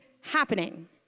happening